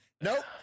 Nope